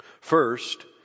First